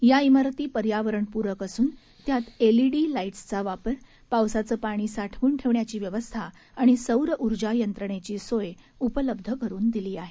या इमारती पर्यावरणपूरक असून त्यात एल ईडी लाईटसचा वापर पावसाचं पाणी साठवून ठेवण्याची व्यवस्था आणि सौर ऊर्जा यंत्रणेची सोय उपलब्ध करून दिली आहे